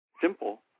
simple